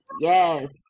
Yes